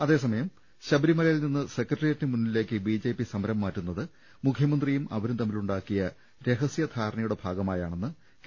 അതേസമയം ശബരിമലയിൽ നിന്ന് സെക്രട്ടേറിയറ്റിന് മുന്നിലേക്ക് ബി ജെ പി സമരം മാറ്റിയത് മുഖ്യമന്ത്രിയും അവരും തമ്മിലുണ്ടാക്കിയ രഹസൃധാരണയുടെ ഭാഗമായാണെന്ന് കെ